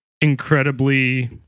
incredibly